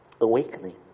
awakening